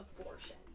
abortion